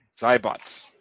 Zybots